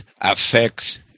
affects